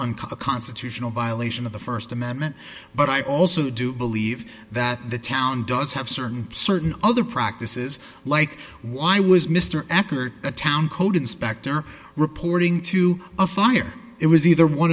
unconstitutional violation of the first amendment but i also do believe that the town does have certain certain other practices like why was mr acker a town code inspector reporting to a fire it was either one